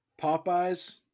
Popeyes